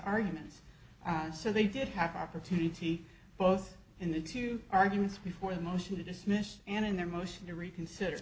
arguments so they did happen opportunity both in the two arguments before the motion to dismiss and in their motion to reconsider